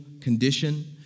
condition